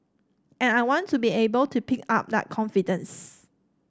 and I want to be able to pick up that confidence